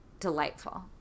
delightful